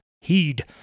Heed